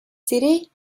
city